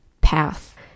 path